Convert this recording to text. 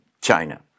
China